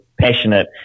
passionate